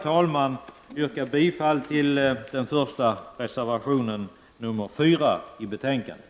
Jag yrkar bifall till reservation nr 4 till betänkandet.